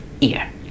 ear